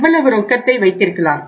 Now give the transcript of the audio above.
இவ்வளவு ரொக்கத்தை வைத்திருக்கலாம்